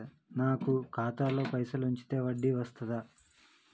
నాకు ఖాతాలో పైసలు ఉంచితే వడ్డీ వస్తదా?